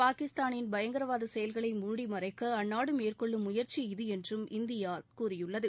பாகிஸ்தானின் பயங்கரவாத செயல்களை மூடிமறைக்க அந்நாடு மேற்கொள்ளும் முயந்சி இது என்றும் இந்தியா கூறியுள்ளது